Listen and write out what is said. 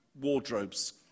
wardrobes